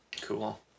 cool